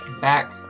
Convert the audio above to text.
back